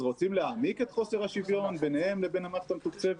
אז רוצים להעמיק את חוסר השוויון ביניהם לבין המערכת המתוקצבת?